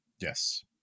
Yes